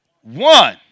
one